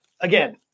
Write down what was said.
again